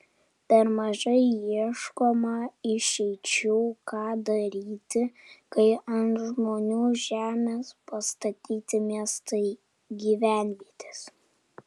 per mažai ieškoma išeičių ką daryti kai ant žmonių žemės pastatyti miestai gyvenvietės